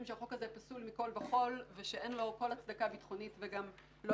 שהחוק הזה פסול מכל וכול ושאין לו כל הצדקה ביטחונית וגם לא